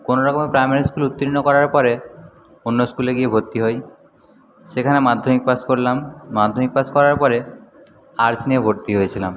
কোনোরকমে প্রাইমারি স্কুলে উত্তীর্ণ করার পরে অন্য স্কুলে গিয়ে ভর্তি হই সেখানে মাধ্যমিক পাস করলাম মাধ্যমিক পাস করার পরে আর্টস নিয়ে ভর্তি হয়েছিলাম